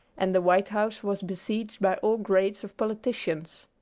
and the white house was besieged by all grades of politicians.